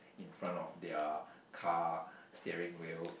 in front of their car steering wheel